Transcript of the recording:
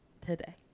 today